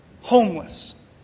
homeless